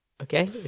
Okay